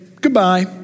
goodbye